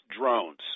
drones